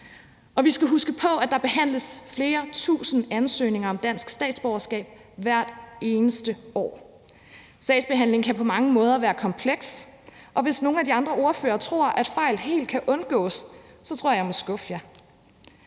Og vi skal huske på, at der behandles flere tusind ansøgninger om dansk statsborgerskab hvert eneste år. Sagsbehandlingen kan på mange måder være kompleks, og hvis nogle af de andre ordførere tror, at fejl helt kan undgås, tror jeg, jeg må skuffe